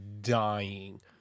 dying